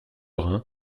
reins